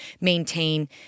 maintain